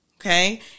Okay